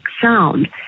sound